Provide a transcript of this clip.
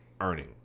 earning